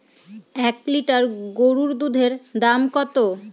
এক লিটার গরুর দুধের দাম কত?